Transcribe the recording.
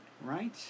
right